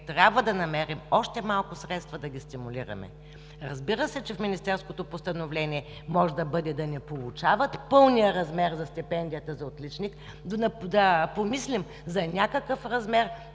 успех, да намерим още малко средства, да ги стимулираме. Разбира се, че в министерското постановление може да бъде да не получават пълния размер на стипендията за отличник, но да помислим за някакъв размер